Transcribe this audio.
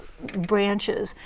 branches,